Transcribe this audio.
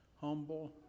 humble